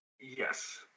Yes